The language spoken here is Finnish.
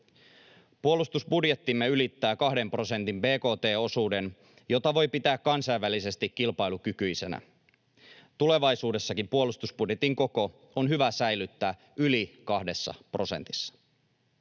Puolustusbudjettimme ylittää 2 prosentin bkt-osuuden, jota voi pitää kansainvälisesti kilpailukykyisenä. Tulevaisuudessakin puolustusbudjetin koko on hyvä säilyttää yli 2 prosentissa.